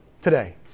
today